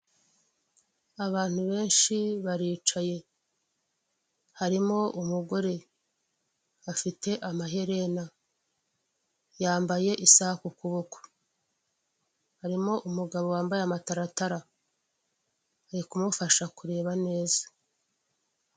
Abantu benshi baricaye , harimo umugore afite amaherena yambaye isaha kukuboko harimo umugabo wambaye amataratara, ari kumufasha kureba neza.